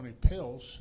pills